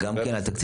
אם נעשה